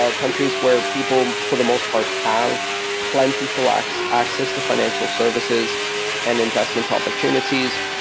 ah countries where people for the most part have plentiful access access to financial services and investment opportunities,